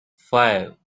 five